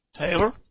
Taylor